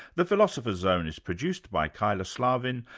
the philosopher's zone is produced by kyla slaven,